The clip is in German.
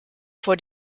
vor